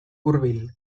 hurbil